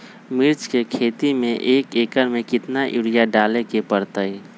मिर्च के खेती में एक एकर में कितना यूरिया डाले के परतई?